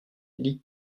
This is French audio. lit